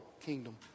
kingdom